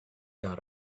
dot